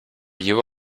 you